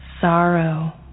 sorrow